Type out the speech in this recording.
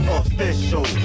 official